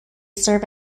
serve